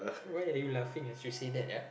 why are you laughing as you say that ya